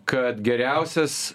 kad geriausias